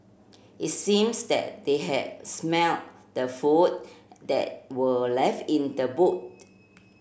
it seems that they had smelt the food that were left in the boot